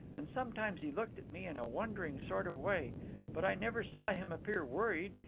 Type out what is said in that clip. and sometimes he looked at me in a wondering sort of way but i never saw him appear worried,